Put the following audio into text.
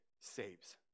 saves